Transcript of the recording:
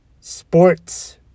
sports